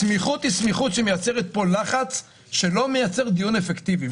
הסמיכות מייצרת לחץ שלא מאפשר דיון אפקטיבי.